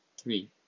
three